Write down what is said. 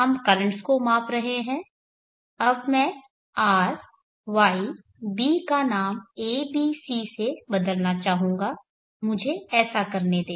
हम कर्रेंटस को माप रहे हैं अब मैं इस RYB का नाम abc से बदलना चाहूंगा मुझे ऐसा करने दें